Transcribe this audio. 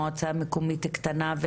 מועצה מקומית קטנה,